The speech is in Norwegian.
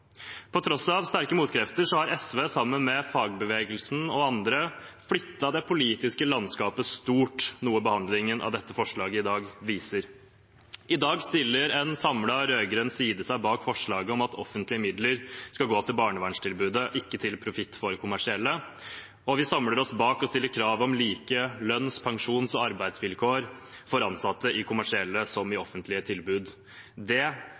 På tross av sterke motkrefter har SV sammen med fagbevegelsen og andre flyttet det politiske landskapet langt, noe behandlingen av dette forslaget i dag viser. I dag stiller en samlet rød-grønn side seg bak forslaget om at offentlige midler skal gå til barnevernstilbudet, ikke til profitt for kommersielle, og vi samler oss bak kravet om like lønns-, pensjons- og arbeidsvilkår for ansatte i kommersielle som i offentlige tilbud. Bare det